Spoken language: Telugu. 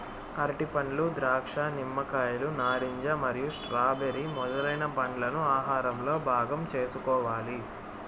అరటిపండ్లు, ద్రాక్ష, నిమ్మకాయలు, నారింజ మరియు స్ట్రాబెర్రీ మొదలైన పండ్లను ఆహారంలో భాగం చేసుకోవాలి